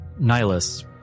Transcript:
Nihilus